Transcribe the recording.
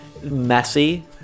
Messy